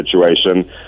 situation